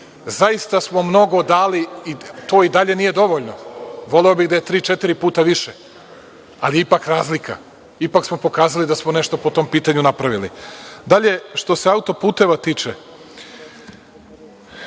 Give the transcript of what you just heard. ostale. Zaista smo mnogo dali i to i dalje nije dovoljno. Voleo bih da je tri, četiri puta više, ali je ipak razlika, ipak smo pokazali da smo nešto po tom pitanju napravili. Dalje što se auto-puteva tiče,